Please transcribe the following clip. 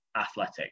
athletic